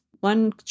one